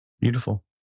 Beautiful